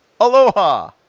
Aloha